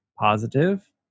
positive